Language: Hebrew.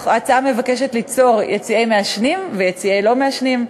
ההצעה מבקשת ליצור יציעי מעשנים ויציעי לא-מעשנים.